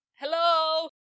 hello